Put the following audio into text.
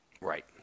Right